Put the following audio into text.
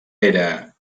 era